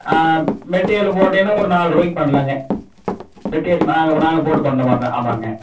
material போட்டீங்கன்னா ஒரு நால்ரூவாய்க்கு பண்ணலாங்க மெட்டீரியல் நாங்கள் நாங்கள் போட்டு பண்ணுனோம்முன்னா ஆமாம்ங்க